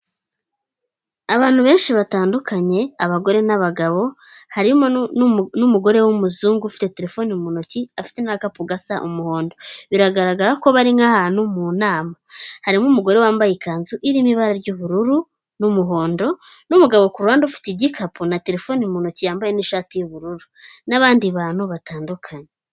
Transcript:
Abantu benshi batandukanye abagore n'abagabo harimo n'umugore w'umuzungu ufite telefone mu ntoki afite n'akapu gasa umuhondo, biragaragara ko bari nk'ahantu mu nama, harimo umugore wambaye ikanzu irimo ibara ry'ubururu n'umuhondo n'umugabo, ku ruhande ufite igikapu na terefone mu ntoki yambaye n'ishati y'ubururu n'abandi bantu batandukanye.